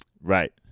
Right